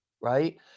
Right